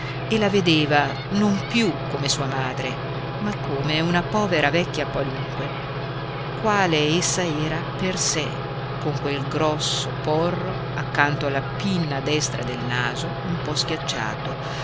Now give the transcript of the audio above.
e la vedeva non più come sua madre ma come una povera vecchia qualunque quale essa era per sé con quel grosso porro accanto alla pinna destra del naso un po schiacciato